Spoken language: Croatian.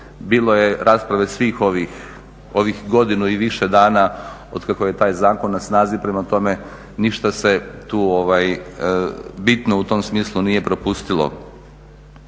bilo je rasprave svih ovih godinu i više dana otkako je taj zakon na snazi. Prema tome, ništa se tu bitno u tom smislu nije propustilo.